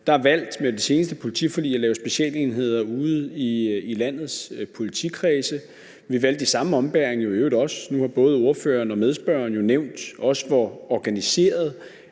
Der er valgt med det seneste politiforlig at lave specialenheder ude i landets politikredse. Vi valgte jo i øvrigt også i samme ombæring noget andet. Nu har både ordføreren og medspørgeren også nævnt, hvor organiseret